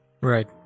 right